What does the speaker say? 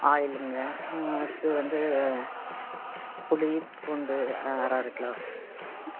ஆயிலுங்க அடுத்து வந்து புளி பூண்டு அரை அரை கிலோ